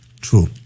true